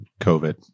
COVID